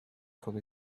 could